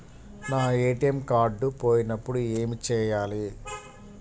నా ATM card పోయినప్పుడు ఏమి చేయాలి?